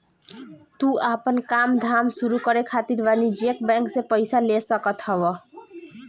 तू आपन काम धाम शुरू करे खातिर वाणिज्यिक बैंक से पईसा ले सकत हवअ